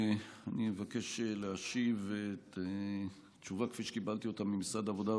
אני מבקש להשיב את התשובה כפי שקיבלתי אותה ממשרד העבודה,